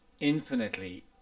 infinitely